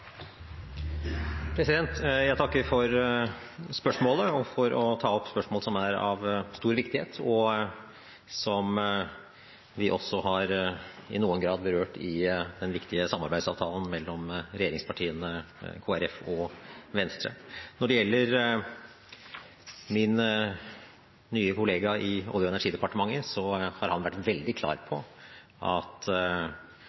Jeg takker for spørsmålet og for å ta opp spørsmål som er av stor viktighet, som vi også har, i noen grad, berørt i den viktige samarbeidsavtalen mellom regjeringspartiene, Kristelig Folkeparti og Venstre. Når det gjelder min nye kollega i Olje- og energidepartementet, har han vært veldig klar på